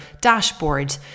dashboard